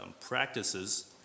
practices